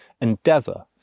endeavour